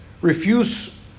refuse